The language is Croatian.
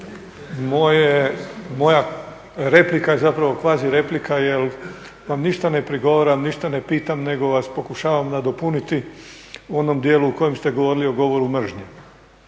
moja replika je zapravo kvazi-replika jer vam ništa ne prigovaram, ništa ne pitam nego vas pokušavam nadopuniti u onom dijelu u kojem ste govorili o govoru mržnje.